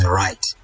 right